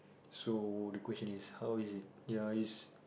so the question is how is it ya it's